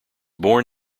born